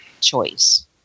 choice